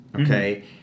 Okay